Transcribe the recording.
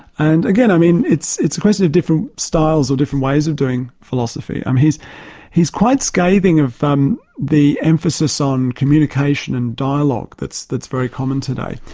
and again, i mean, it's it's a question of different styles or different ways of doing philosophy. um he's he's quite scathing of um the emphasis on communication and dialogue that's that's very common today,